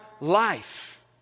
life